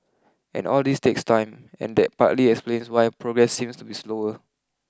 and all this takes time and that partly explains why progress seems to be slower